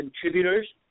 contributors